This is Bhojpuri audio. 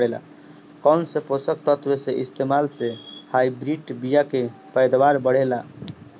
कौन से पोषक तत्व के इस्तेमाल से हाइब्रिड बीया के पैदावार बढ़ेला?